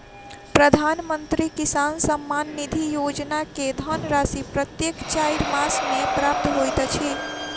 प्रधानमंत्री किसान सम्मान निधि योजना के धनराशि प्रत्येक चाइर मास मे प्राप्त होइत अछि